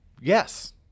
Yes